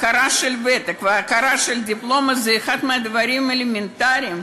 הכרה בוותק ובדיפלומה היא אחד מהדברים האלמנטריים.